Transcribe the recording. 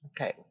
okay